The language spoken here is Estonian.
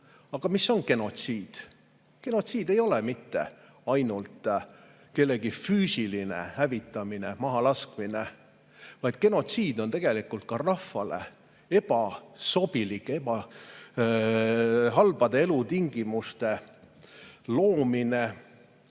Aga mis on genotsiid? Genotsiid ei ole mitte ainult kellegi füüsiline hävitamine, mahalaskmine, vaid genotsiid on ka rahvale ebasobilike, halbade elutingimuste loomine,